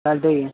चालतं आहे की